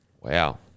Wow